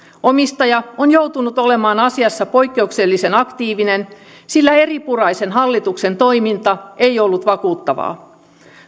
omistaja on joutunut olemaan asiassa poikkeuksellisen aktiivinen sillä eripuraisen hallituksen toiminta ei ollut vakuuttavaa